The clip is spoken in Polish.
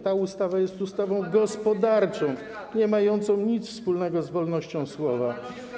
Ta ustawa jest ustawą gospodarczą i nie ma nic wspólnego z wolnością słowa.